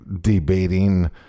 debating